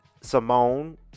Simone